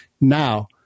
Now